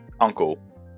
uncle